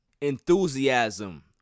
enthusiasm